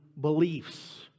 beliefs